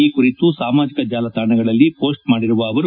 ಈ ಕುರಿತು ಸಾಮಾಜಿಕ ಜಾಲತಾಣಗಳಲ್ಲಿ ಪೋಸ್ಟ್ ಮಾಡಿರುವ ಅವರು